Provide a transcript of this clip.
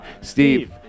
Steve